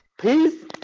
Peace